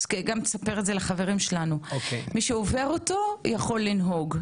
גם ספר לחברים שלנו יוכל לנהוג.